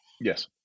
Yes